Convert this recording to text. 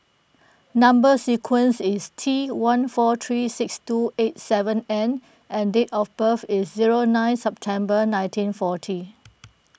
Number Sequence is T one four three six two eight seven N and date of birth is zero nine September nineteen forty